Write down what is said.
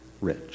rich